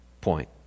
point